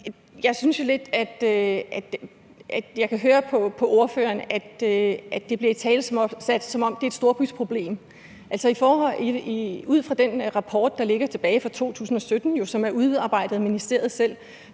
Jeg synes jo lidt, at jeg kan høre på ordføreren, at det bliver italesat, som om det er et storbyproblem. I den rapport, der ligger tilbage fra 2017, og som er udarbejdet af ministeriet selv,